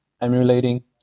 emulating